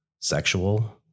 sexual